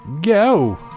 Go